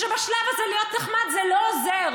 שבשלב הזה להיות נחמד זה לא עוזר.